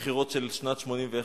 בבחירות של שנת 1981,